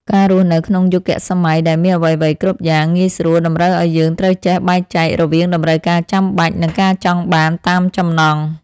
ការរស់នៅក្នុងយុគសម័យដែលមានអ្វីៗគ្រប់យ៉ាងងាយស្រួលតម្រូវឱ្យយើងត្រូវចេះបែងចែករវាងតម្រូវការចាំបាច់ និងការចង់បានតាមចំណង់។